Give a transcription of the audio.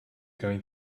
going